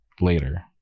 later